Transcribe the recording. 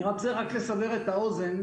אני רוצה רק לסבר את האוזן,